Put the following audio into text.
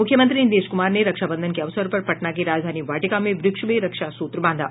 मुख्यमंत्री नीतीश कुमार ने रक्षाबंधन के अवसर पर पटना के राजधानी वाटिका में व्रक्ष में रक्षा सूत्र बांधा